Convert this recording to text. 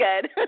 good